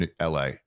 la